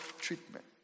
treatment